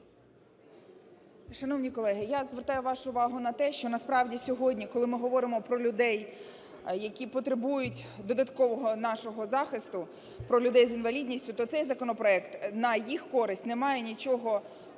Шановні колеги, я звертаю вашу увагу на те, що насправді сьогодні, коли ми говоримо про людей, які потребують додаткового нашого захисту, про людей з інвалідністю, то цей законопроект на їх користь не має нічого